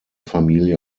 familie